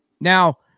Now